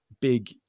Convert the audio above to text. big